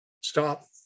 stop